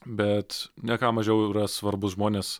bet ne ką mažiau yra svarbūs žmonės